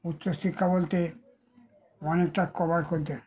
উচ্চ শিক্ষা বলতে অনেকটা কভার করতে